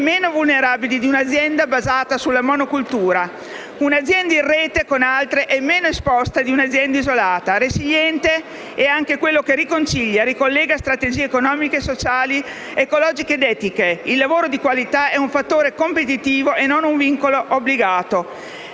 meno vulnerabile di un'azienda basata sulla monocoltura. Un'azienda in rete con altre è meno esposta di un'azienda isolata. Resiliente è anche quello che riconcilia, ricollega strategie economiche, sociali, ecologiche ed etiche. Il lavoro di qualità è un fattore competitivo e non un vincolo obbligato.